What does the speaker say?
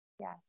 yes